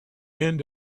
end